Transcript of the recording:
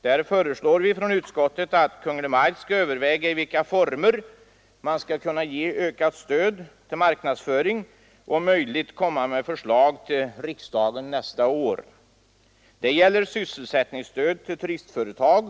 Utskottet föreslår att Kungl. Maj:t skall överlägga i vilka former man skall ge ökat stöd till marknadsföring och om möjligt komma med förslag till riksdagen nästa år. Det gäller också sysselsättningsstöd till turistföretag.